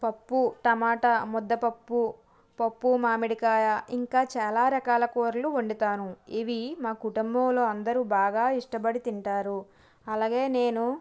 పప్పు టమాటా ముద్దపప్పు పప్పు మామిడికాయ ఇంకా చాలా రకాల కూరలు వండుతాను ఇవి మా కుటుంబంలో అందరూ బాగా ఇష్టపడి తింటారు అలాగే నేను